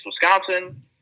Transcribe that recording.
Wisconsin